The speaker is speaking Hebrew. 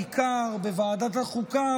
בעיקר בוועדת החוקה,